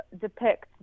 depict